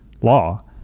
law